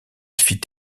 fit